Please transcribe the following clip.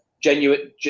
genuine